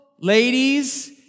ladies